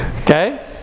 Okay